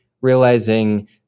realizing